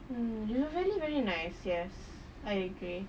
mm they are very very nice yes I agree